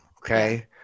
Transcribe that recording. Okay